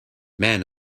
man